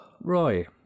Roy